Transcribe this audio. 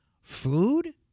food